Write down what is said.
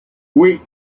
oui